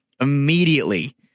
Immediately